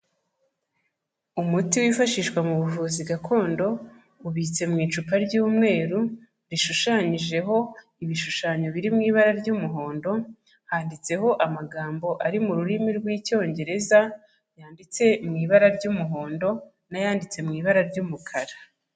Umuti wifashishwa mu buvuzi gakondo ubitse mu icupa ry'umweru rishushanyijeho ibishushanyo biri mu ibara ry'umuhondo, handitseho amagambo ari mu rurimi rw'Icyongereza, yanditse mu ibara ry'umuhondo n'ayanditse mu ibara ry'umukara.